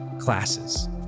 classes